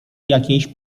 jakiejś